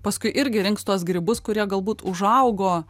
paskui irgi rinks tuos grybus kurie galbūt užaugo